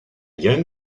young